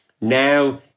now